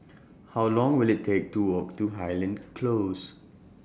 How Long Will IT Take to Walk to Highland Close